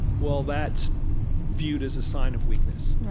well, that's viewed as a sign of weakness.